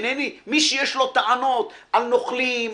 מי שיש לו טענות על נוכלים,